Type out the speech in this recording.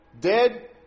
Dead